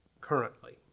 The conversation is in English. currently